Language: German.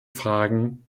fragen